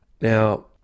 Now